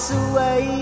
away